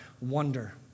wonder